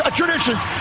traditions